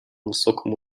высоком